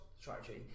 strategy